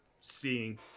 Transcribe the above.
seeing